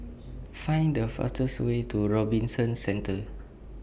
Find The fastest Way to Robinson Centre